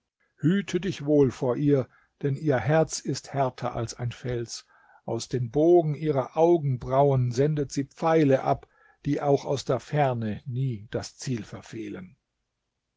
hüte dich wohl vor ihr denn ihr herz ist härter als ein fels aus den bogen ihrer augenbrauen sendet sie pfeile ab die auch aus der ferne nie das ziel verfehlen